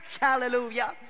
hallelujah